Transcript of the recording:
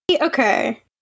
okay